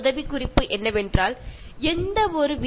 ഒന്നും പാഴാക്കി കളയരുത്